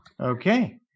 Okay